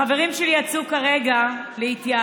החברים שלי יצאו כרגע להתייעצות.